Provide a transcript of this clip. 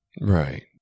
right